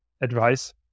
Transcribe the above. advice